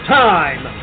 time